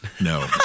no